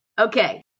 Okay